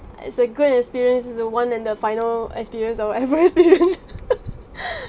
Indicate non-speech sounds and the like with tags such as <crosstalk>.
it's a good experience it's the one and the final experience <laughs> I will ever experience <laughs>